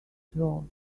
patrol